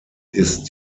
ist